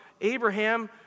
Abraham